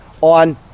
on